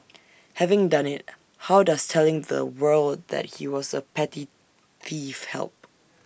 having done IT how does telling the world that he was A petty thief help